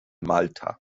malta